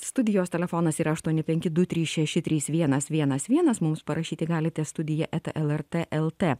studijos telefonas yra aštuoni penki du trys šeši trys vienas vienas vienas mums parašyti galite studija eta lrt lt